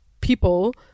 people